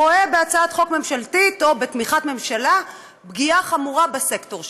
רואים בהצעת חוק ממשלתית או בתמיכת ממשלה פגיעה חמורה בסקטור שלנו,